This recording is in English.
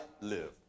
live